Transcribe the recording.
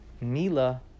Mila